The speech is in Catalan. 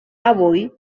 avui